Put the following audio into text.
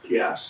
Yes